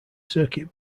circuit